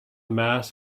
mass